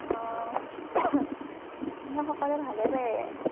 অঁ জুবিনক সকলোৱে ভালে পায়